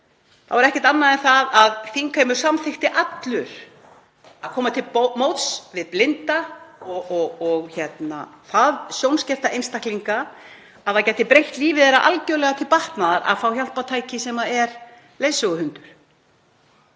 Það var ekkert annað en það að þingheimur samþykkti allur að koma til móts við blinda og það sjónskerta einstaklinga að það gæti breytt lífi þeirra algerlega til batnaðar að fá það hjálpartæki sem leiðsöguhundur